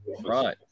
Right